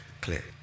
clear